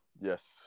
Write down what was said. Yes